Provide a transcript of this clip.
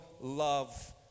love